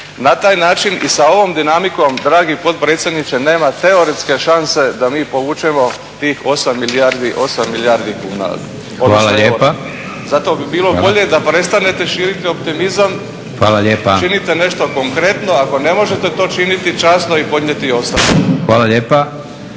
Na taj način i sa ovom dinamikom dragi potpredsjedniče nema teoretske šanse da mi povučemo tih 8 milijardi kuna. Zato bi bilo bolje da prestanete širiti optimizam, učinite nešto konkretno. Ako ne možete to činiti časno je podnijeti ostavku. **Leko,